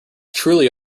truly